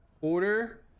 Order